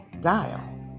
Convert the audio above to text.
Dial